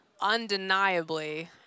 undeniably